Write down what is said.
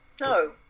No